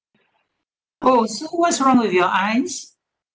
oh so what's wrong with your eyes